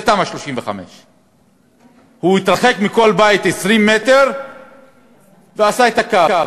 זה תמ"א 35. הוא התרחק מכל בית 20 מטר ועשה את הקו.